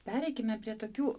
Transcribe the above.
pereikime prie tokių